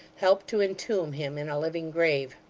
helped to entomb him in a living grave.